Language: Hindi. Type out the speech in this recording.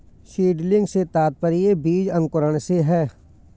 सीडलिंग से तात्पर्य बीज अंकुरण से है